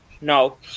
no